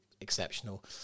exceptional